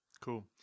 cool